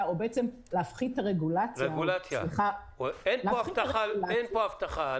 ולהפחית את הרגולציה --- אין פה הבטחה,